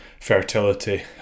fertility